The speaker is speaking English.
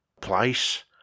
place